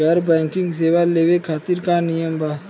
गैर बैंकिंग सेवा लेवे खातिर का नियम बा?